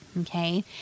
okay